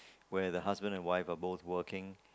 where the husband and wife are both working